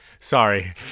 sorry